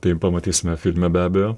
tai pamatysime filme be abejo